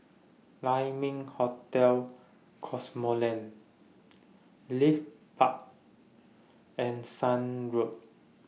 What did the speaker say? Lai Ming Hotel Cosmoland Leith Park and Shan Road